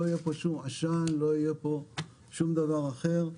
אבל לא יהיה פה שום עשן ולא שום דבר אחר.